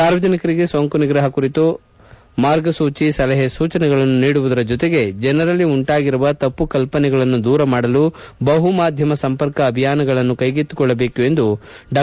ಸಾರ್ವಜನಿಕರಿಗೆ ಸೋಂಕು ನಿಗ್ರಹ ಕುರಿತು ಮಾರ್ಗಸೂಚಿ ಸಲಹೆ ಸೂಚನೆಗಳನ್ನು ನೀಡುವುದರ ಜೊತೆಗೆ ಜನರಲ್ಲಿ ಉಂಟಾಗಿರುವ ತಪ್ಪು ಕಲ್ಪನೆಗಳನ್ನು ದೂರ ಮಾಡಲು ಬಹುಮಾಧ್ಯಮ ಸಂಪರ್ಕ ಅಭಿಯಾನಗಳನ್ನು ಕೈಗೆತ್ತಿಕೊಳ್ಳದೇಕು ಎಂದು ಡಾ